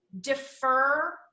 defer